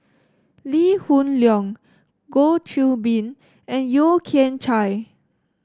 Lee Hoon Leong Goh Qiu Bin and Yeo Kian Chye